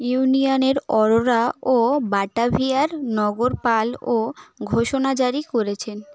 ইউনিয়নের অরোরা ও বাটাভিয়ার নগরপাল ও ঘোষণা জারি করেছেন